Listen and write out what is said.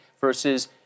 versus